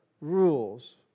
rules